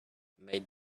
made